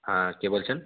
হ্যাঁ কে বলছেন